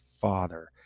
father